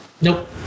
Nope